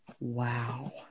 Wow